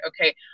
okay